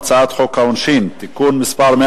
בהמשך סדר-יום, הצעת חוק העונשין (תיקון 111)